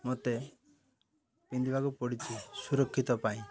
ମୋତେ ପିନ୍ଧିବାକୁ ପଡ଼ିଛି ସୁରକ୍ଷିତ ପାଇଁ